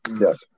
Yes